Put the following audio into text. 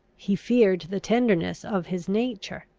he feared the tenderness of his nature.